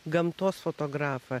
gamtos fotografą